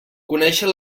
conéixer